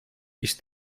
ist